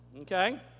okay